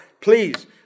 Please